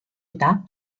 età